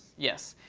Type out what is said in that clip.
yes.